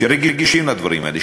שרגישים לדברים האלה,